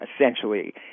essentially